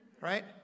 right